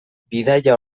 bidaia